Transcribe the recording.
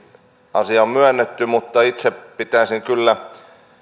se on myönnetty mutta itse olisin pitänyt kyllä